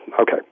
okay